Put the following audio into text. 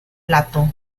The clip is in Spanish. plato